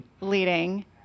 leading